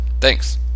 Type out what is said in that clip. Thanks